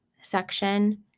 section